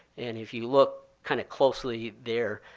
and if you look kind of closely there,